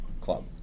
club